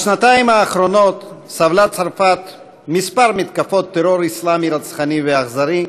בשנתיים האחרונות סבלה צרפת מכמה מתקפות טרור אסלאמי רצחני ואכזרי,